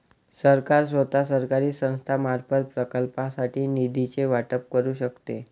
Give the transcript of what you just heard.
सरकार स्वतः, सरकारी संस्थांमार्फत, प्रकल्पांसाठी निधीचे वाटप करू शकते